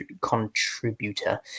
contributor